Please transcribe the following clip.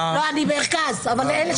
אני מרכז אבל אלה